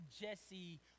Jesse